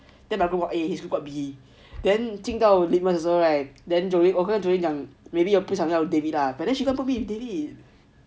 then my group got A his group got B then 听到 litmus 的时候 right then 我跟 joey maybe 我不想要 david ah but then she go put me with david